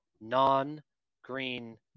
non-green